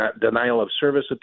denial-of-service